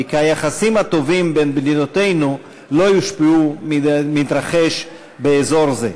וכי היחסים הטובים בין מדינותינו לא יושפעו מהמתרחש באזור זה.